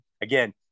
again